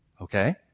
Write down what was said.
Okay